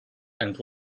and